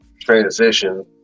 transition